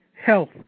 Health